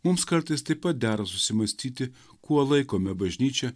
mums kartais taip pat dera susimąstyti kuo laikome bažnyčią